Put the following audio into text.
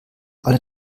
alle